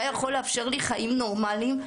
היה יכול לאפשר לי חיים נורמליים,